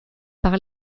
par